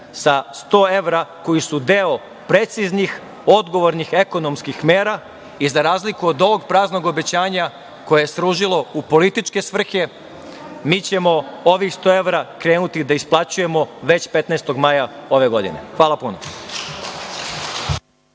sa sto evra koji su deo preciznih, odgovornih, ekonomskih mera i za razliku od ovog praznog obećanja koje je služilo u političke svrhe, mi ćemo ovih sto evra krenuti da isplaćujemo već 15. maja ove godine. Hvala puno.